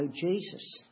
Jesus